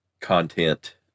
content